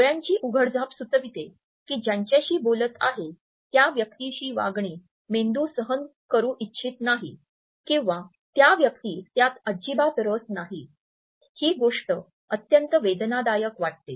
डोळ्यांची उघडझाप सुचविते की ज्यांच्याशी बोलत आहे त्या व्यक्तीशी वागणे मेंदू सहन करू इच्छित नाही किंवा त्या व्यक्तीस त्यात अजिबात रस नाही ही गोष्ट अत्यंत वेदनादायक वाटते